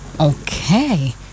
okay